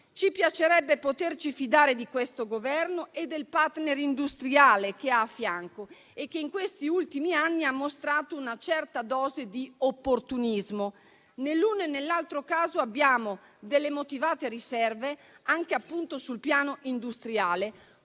Ci piacerebbe poterci fidare di questo Governo e del *partner* industriale che ha al suo fianco, che in questi ultimi anni ha mostrato una certa dose di opportunismo. Nell'uno e nell'altro caso, abbiamo motivate riserve anche sul piano industriale.